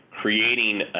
creating